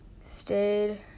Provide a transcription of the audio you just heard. stayed